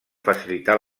facilitar